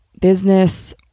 business